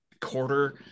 quarter